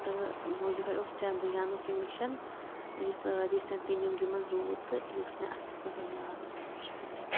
تہٕ وۄنۍ یِہوٚے اوس چنٛدرِیانُک یہِ مِشَن یُس ریٖسٮ۪نٛٹلی نِوزِ منٛز روٗد تہٕ یہِ اوس مےٚ اَصٕل پٲٹھۍ یاد شُکریہ